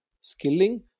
skilling